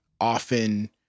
often